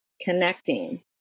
connecting